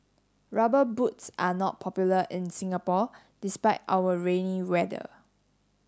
rubber boots are not popular in Singapore despite our rainy weather